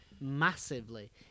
massively